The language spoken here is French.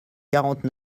quarante